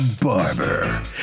Barber